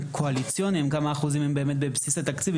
קואליציוניים וכמה אחוזים הם באמת בבסיס התקציב.